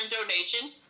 donation